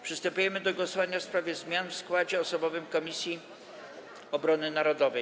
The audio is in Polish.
Przystępujemy do głosowania w sprawie zmian w składzie osobowym Komisji Obrony Narodowej.